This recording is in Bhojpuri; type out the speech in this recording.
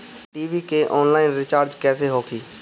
टी.वी के आनलाइन रिचार्ज कैसे होखी?